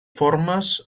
formes